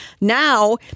Now